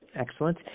excellent